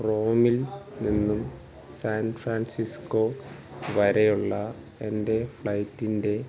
റോമിൽ നിന്നും സാൻഫ്രാൻസിസ്കോ വരെയുള്ള എൻ്റെ ഫ്ലൈറ്റിൻ്റെ